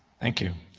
thank you.